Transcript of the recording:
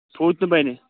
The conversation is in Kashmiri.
پھوٗتنہٕ بَنہِ